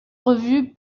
revues